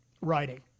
writing